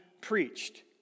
preached